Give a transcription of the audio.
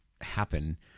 happen